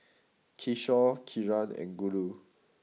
Kishore Kiran and Guru